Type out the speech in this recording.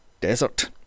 desert